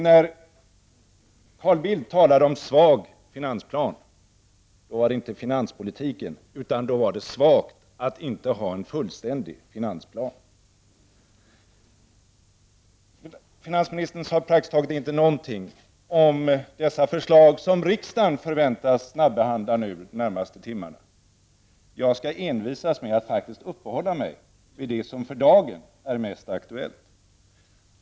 När Carl Bildt talade om svag finansplan avsåg han inte finanspolitiken utan att det var svagt att inte ha en fullständig finansplan. Finansministern nämnde praktiskt taget inte någonting om de förslag som riksdagen förväntas snabbehandla under de närmaste timmarna. Jag envisas med att uppehålla mig vid det som för dagen är mest aktuellt.